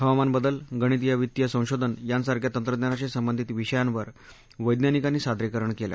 हवामानबदल गणिती वित्तीय संशोधन यांसारख्या तंत्रज्ञानाशी संबंधित विषयांवर वैज्ञानिकांनी सादरीकरण केलं